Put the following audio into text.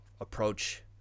approach